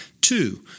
Two